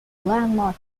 landmark